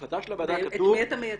את מי אתה מייצג?